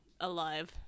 alive